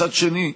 מצד שני,